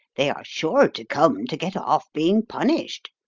they are sure to come to get off being. punished.